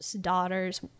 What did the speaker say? daughters